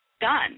done